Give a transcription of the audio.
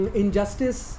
injustice